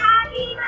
Happy